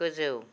गोजौ